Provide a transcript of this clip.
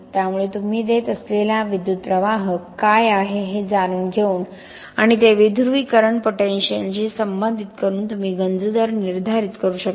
त्यामुळे तुम्ही देत असलेला विद्युत प्रवाह काय आहे हे जाणून घेऊन आणि ते विध्रुवीकरण पोटेनिशियलशी संबंधित करून तुम्ही गंज दर निर्धारित करू शकता